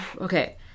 Okay